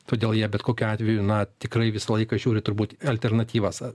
todėl jie bet kokiu atveju na tikrai visą laiką žiūri turbūt alternatyvas